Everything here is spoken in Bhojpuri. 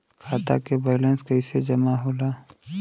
खाता के वैंलेस कइसे जमा होला?